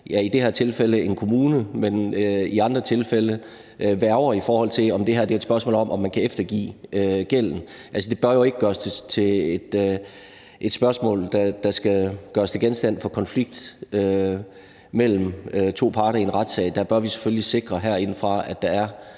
i det her tilfælde – i andre tilfælde var det værger – i forhold til om det her er et spørgsmål om, om man kan eftergive gælden. Altså, det bør jo ikke gøres til et spørgsmål, der skal gøres til genstand for konflikt mellem to parter i en retssag. Der bør vi selvfølgelig herindefra sikre, at der er